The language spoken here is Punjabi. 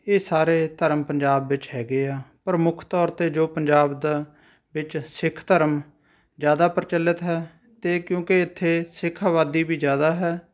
ਇਹ ਸਾਰੇ ਧਰਮ ਪੰਜਾਬ ਵਿੱਚ ਹੈਗੇ ਆ ਪਰ ਮੁੱਖ ਤੌਰ 'ਤੇ ਜੋ ਪੰਜਾਬ ਦਾ ਵਿੱਚ ਸਿੱਖ ਧਰਮ ਜ਼ਿਆਦਾ ਪ੍ਰਚਲਿਤ ਹੈ ਅਤੇ ਕਿਉਂਕਿ ਇੱਥੇ ਸਿੱਖ ਆਬਾਦੀ ਵੀ ਜ਼ਿਆਦਾ ਹੈ